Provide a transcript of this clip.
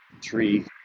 tree